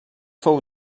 fou